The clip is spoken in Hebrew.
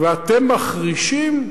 ואתם מחרישים?